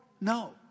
no